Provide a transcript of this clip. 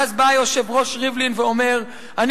ואז בא היושב-ראש ריבלין ואומר: "אני